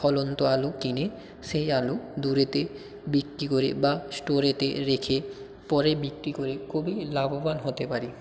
ফলন্ত আলু কিনে সেই আলু দূরেতে বিক্রি করে বা স্টোরেতে রেখে পরে বিক্রি করি খুবই লাভবান হতে পারি